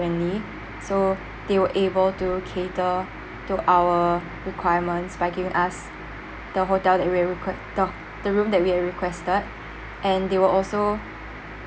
friendly so they were able to cater to our requirements by giving us the hotel that we had the the room we had requested and they were also